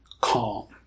calm